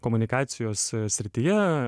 komunikacijos srityje